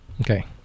Okay